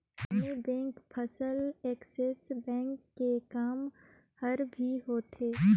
आने बेंक फसल Axis bank के काम हर भी होथे